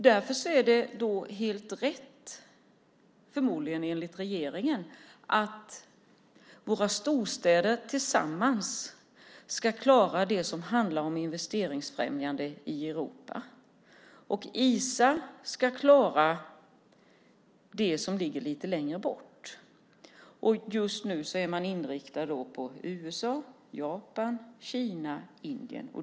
Därför är det förmodligen helt rätt, enligt regeringen, att våra storstäder tillsammans ska klara det som handlar om investeringsfrämjande i Europa. Och Isa ska klara det som ligger lite längre bort. Just nu är man inriktad på USA, Japan, Kina och Indien.